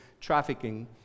trafficking